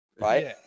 Right